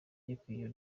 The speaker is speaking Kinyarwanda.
gikwiye